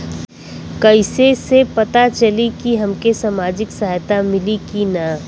कइसे से पता चली की हमके सामाजिक सहायता मिली की ना?